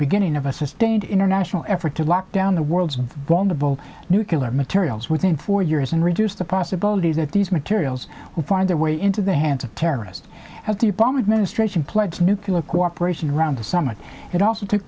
beginning of a sustained international effort to lock down the world's vulnerable nucular materials within four years and reduce the possibility that these materials will find their way into the hands of terrorists as the bomb administrating pledged nuclear cooperation around the summit it also took